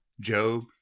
job